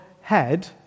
head